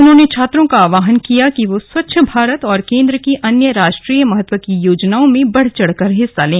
उन्होंने छात्रों का आहवान किया कि वे स्वच्छ भारत और केंद्र की अन्य राष्ट्रीय महत्व की योजनाओं में बढ़ चढ़कर हिस्सा लें